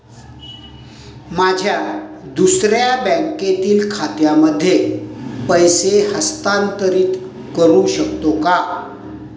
माझ्या दुसऱ्या बँकेतील खात्यामध्ये पैसे हस्तांतरित करू शकतो का?